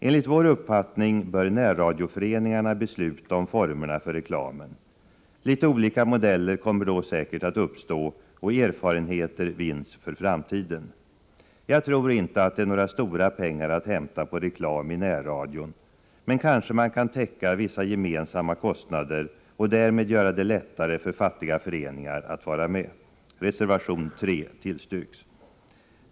Enligt vår uppfattning bör närradioföreningarna besluta om formerna för reklamen. Litet olika modeller kommer då säkert att uppstå och erfarenheter vinns för framtiden. Jag tror inte att det är några stora pengar att hämta på reklam i närradion, men kanske kan man täcka vissa gemensamma kostnader och därmed göra det lättare för fattiga föreningar att vara med. Reservation 3 tillstyrks.